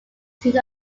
soon